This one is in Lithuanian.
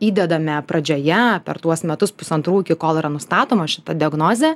įdedame pradžioje per tuos metus pusantrų iki kol yra nustatoma šita diagnozė